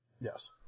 Yes